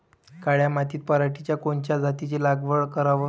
काळ्या मातीत पराटीच्या कोनच्या जातीची लागवड कराव?